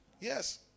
Yes